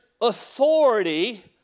authority